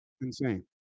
insane